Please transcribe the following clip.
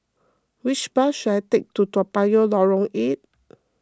which bus should I take to Toa Payoh Lorong eight